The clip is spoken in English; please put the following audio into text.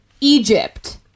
Egypt